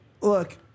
Look